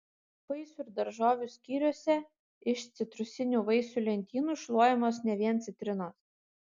vaisių ir daržovių skyriuose iš citrusinių vaisių lentynų šluojamos ne vien citrinos